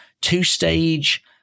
Two-stage